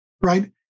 Right